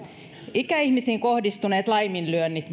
ikäihmisiin kohdistuneet laiminlyönnit